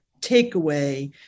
takeaway